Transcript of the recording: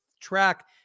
track